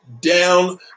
down